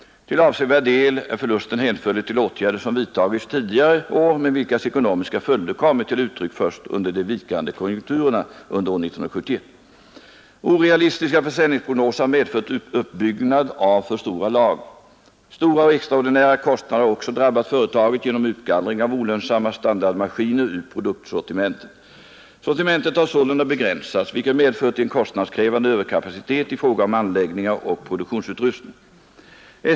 Till avsevärd del är förlusten hänförlig till åtgärder som vidtagits tidigare år men vilkas ekonomiska följder kommit till uttryck först under de vikande konjunkturerna år 1971. Orealistiska försäljningsprognoser har medfört uppbyggnad av för stora lager. Stora extraordinära kostnader har också drabbat företaget genom utgallring av olönsamma standardmaskiner ur produktsortimentet. Sortimentet har sålunda begränsats, vilket medfört en kostnadskrävande överkapacitet i fråga om anläggningar och produktionsutrustning.